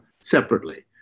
separately